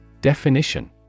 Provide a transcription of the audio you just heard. Definition